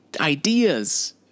ideas